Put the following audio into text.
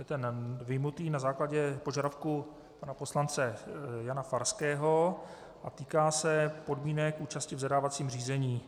To je ten vyjmutý na základě požadavku pana poslance Jana Farského a týká se podmínek účasti v zadávacím řízení.